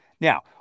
Now